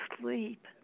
Sleep